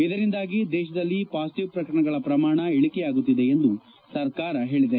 ಇದರಿಂದಾಗಿ ದೇಶದಲ್ಲಿ ಪಾಸಿಟವ್ ಪ್ರಕರಣಗಳ ಪ್ರಮಾಣ ಇಳಿಕೆಯಾಗುತ್ತಿದೆ ಎಂದು ಸರ್ಕಾರ ಹೇಳಿದೆ